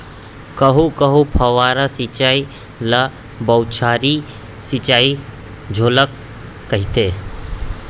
कहूँ कहूँ फव्वारा सिंचई ल बउछारी सिंचई घलोक कहिथे